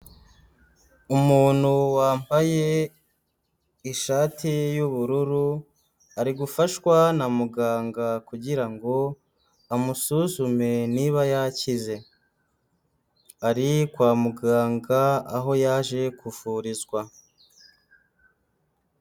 Umuntu wambaye ishati y'ubururu ari gufashwa na muganga kugira ngo amusuzume niba yakize, ari kwa muganga aho yaje kuvurizwa.